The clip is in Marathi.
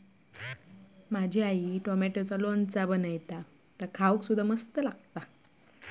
माझी आई टॉमॅटोचा लोणचा बनवता ह्या खाउक पण बरा लागता